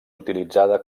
utilitzada